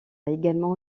également